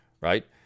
right